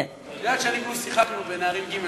יודעת שאני והוא שיחקנו בנערים ג'